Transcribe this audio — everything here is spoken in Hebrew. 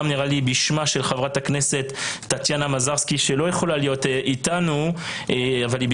בשמה של חברת הכנסת טטיאנה מזרסקי שלא יכלה להצטרף לדיון וביקשה